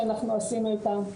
שאנחנו עשינו איתם,